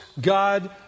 God